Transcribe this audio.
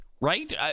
right